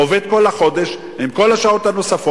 הוא עובד כל החודש, עם כל השעות הנוספות,